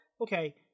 okay